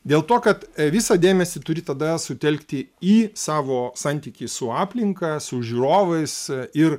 dėl to kad visą dėmesį turi tada sutelkti į savo santykį su aplinka su žiūrovais ir